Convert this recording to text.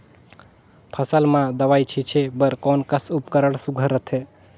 फसल म दव ई छीचे बर कोन कस उपकरण सुघ्घर रथे?